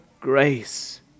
grace